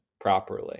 properly